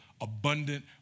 abundant